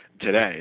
today